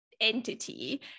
entity